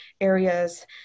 areas